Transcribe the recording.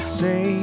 say